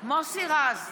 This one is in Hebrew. מוסי רז,